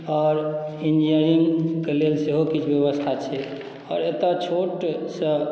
आओर इंजीनियरिंगके लेल सेहो ब्यबस्था छै आओर एतय छोटसँ